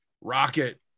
Rocket